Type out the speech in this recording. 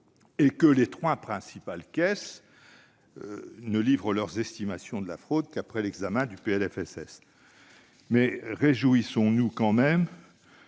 et que les trois principales caisses ne livrent leurs estimations de la fraude qu'après l'examen du PLFSS. Réjouissons-nous quand même